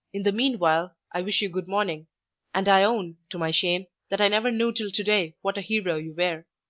in the meanwhile, i wish you good-morning and i own, to my shame, that i never knew till to-day what a hero you were.